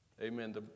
Amen